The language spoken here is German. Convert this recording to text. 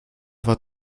war